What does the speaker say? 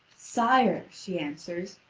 sire, she answers,